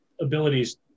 abilities